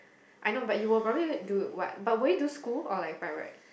I know but you will probably do what but will you do school or like by right